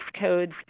codes